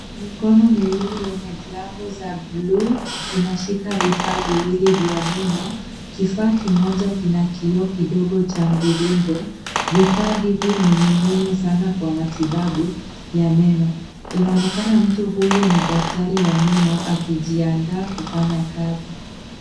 Mikono miwili yenye glavu za buluu unashika vifaa viwili vya meno. Kifaa kimoja kina kioo kidogo cha mviringo. Vifaa hivi ni muhimu sana kwa matibabu ya meno. Inaonekana mtu huyu ni daktari wa meno akijiandaa kufanya kazi.